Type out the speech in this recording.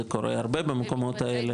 זה קורה הרבה במקומות האלה.